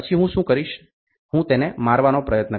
પછી હું શું કરીશ હું તેને મારવાનો પ્રયત્ન કરીશ હું તેને 1